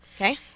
Okay